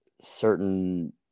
certain